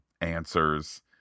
answers